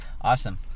Awesome